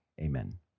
amen